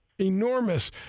enormous